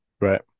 right